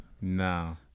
No